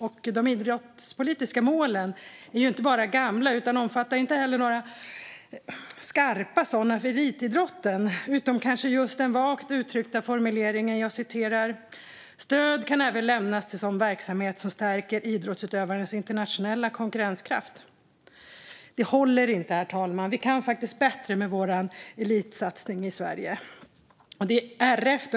De idrottspolitiska målen är inte bara gamla utan omfattar inte heller några skarpa sådana för elitidrotten, utom kanske just den vagt uttryckta formuleringen "stöd kan även lämnas till sådan verksamhet som stärker idrottsutövares internationella konkurrenskraft". Herr talman! Det håller inte. Vi kan bättre med vår elitsatsning i Sverige.